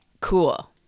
cool